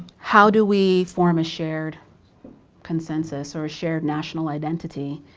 how do we form a shared consensus or shared national identity?